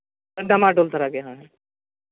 ᱰᱟᱢᱟᱰᱳᱞ ᱫᱷᱟᱨᱟ ᱜᱮᱭᱟ